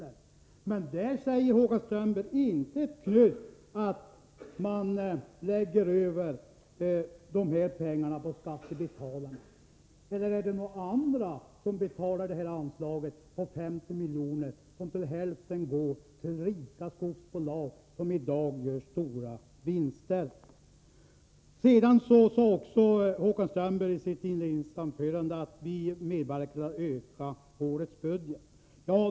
Men på den punkten säger Håkan Strömberg inte ett knyst om att man lägger över kostnader på skattebetalarna. Eller är det några andra som betalar det anslag på 50 milj.kr. som till hälften går till rika skogsbolag som i dag gör stora vinster? Vidare sade Håkan Strömberg i sitt inledningsanförande att vi medverkar till att öka årets budgetunderskott.